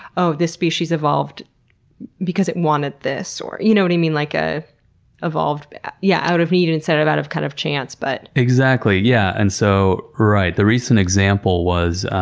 oh, this species evolved because it wanted this you know what i mean? like, ah evolved yeah out of need and instead of out of kind of chance. but exactly. yeah, and so right. the recent example was